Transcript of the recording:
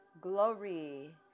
glory